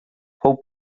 fou